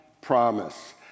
promise